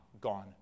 gone